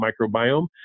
microbiome